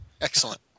Excellent